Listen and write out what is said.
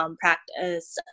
practice